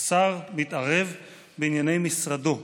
השר מתערב בענייני משרדו?